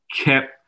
kept